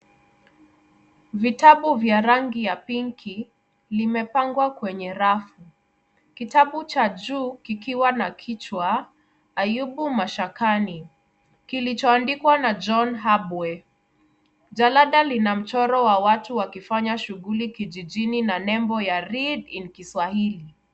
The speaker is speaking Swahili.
Vitabu ya rangi ya pinki limepangwa kwenye rafu, kitabu cha juu kikiwa na kichwa Ayubu Mashakani, kilichoandikwa na John Habwe. Jalada lina mchoro wa watu wakifanya shughuli kijijini na nembo ya read in kiswahili.